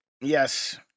Yes